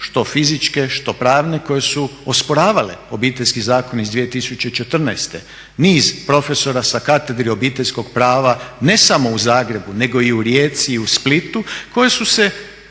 što fizičke, što pravne koje su osporavale Obiteljski zakon iz 2014. Niz profesora sa katedre Obiteljskog prava ne samo u Zagrebu nego i u Rijeci i u Splitu koji su se